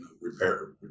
repair